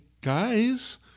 guys